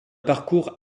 parcours